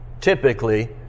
typically